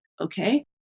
Okay